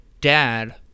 dad